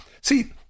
see